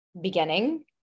beginning